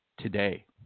today